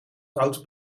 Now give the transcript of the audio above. foute